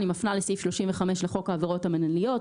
אני מפנה לסעיף 35 לחוק העבירות המינהליות,